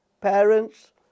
parents